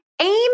aim